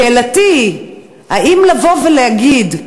שאלתי היא, האם לבוא ולהגיד: